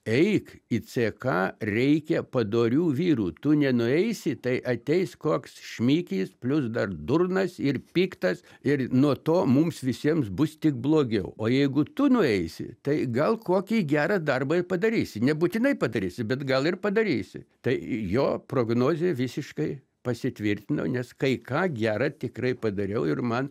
eik į ck reikia padorių vyrų tu nenueisi tai ateis koks šmikis plius dar durnas ir piktas ir nuo to mums visiems bus tik blogiau o jeigu tu nueisi tai gal kokį gerą darbą ir padarysi nebūtinai padarysi bet gal ir padarysi tai jo prognozė visiškai pasitvirtino nes kai ką gera tikrai padariau ir man